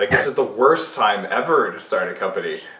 like this is the worst time ever to start a company.